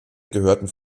gehörten